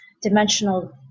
dimensional